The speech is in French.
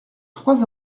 trois